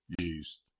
yeast